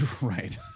Right